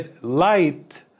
Light